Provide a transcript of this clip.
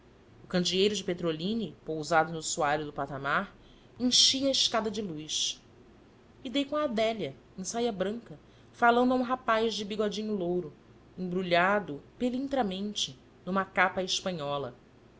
candeeiro de petrolina pousado no soalho do patamar enchia a escada de luz e dei com a adélia em saia branca falando a um rapaz de bigodinho louro embrulhado pelintramente numa capa à espanhola